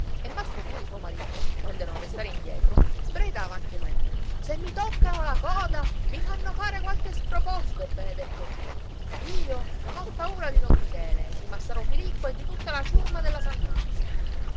e mastro turi suo marito onde non restare indietro sbraitava anche lui se mi toccano la coda mi fanno fare qualche sproposito benedetto dio io non ho paura di don michele e di massaro filippo e di tutta la ciurma della santuzza